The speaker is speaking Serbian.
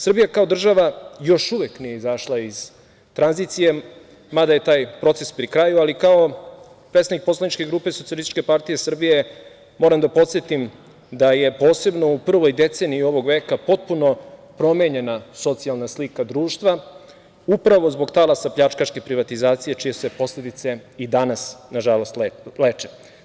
Srbija kao država još uvek nije izašla iz tranzicije, mada je taj proces pri kraju, ali kao predstavnik poslaničke grupe SPS moram da podsetim da je posebno u prvoj deceniji ovog veka potpuno promenjena socijalna slika društva, upravo zbog talasa pljačkaške privatizacije čije se posledice i danas, nažalost, leče.